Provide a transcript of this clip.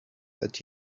that